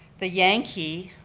the yankee,